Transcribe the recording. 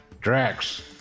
Drax